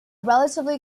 relatively